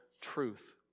truth